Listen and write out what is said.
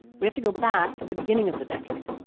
we have to go back to the beginning of the decade.